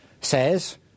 says